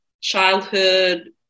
childhood